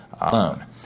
alone